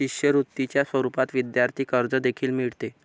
शिष्यवृत्तीच्या स्वरूपात विद्यार्थी कर्ज देखील मिळते